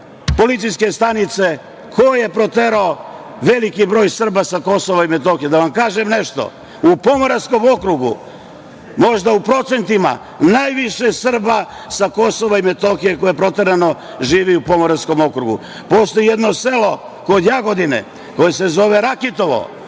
policijske stanice? Ko je proterao veliki broj Srba sa KiM? Da vam kažem nešto, u Pomoravskom okrugu, možda u procentima najviše Srba sa KiM koje je proterano živi u Pomoravskom okrugu. Postoji jedno selo kod Jagodine koje se zove Rakitovo,